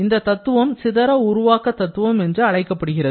இந்த தத்துவம் சிதற உருவாக்க தத்துவம் என்று அழைக்கப்படுகிறது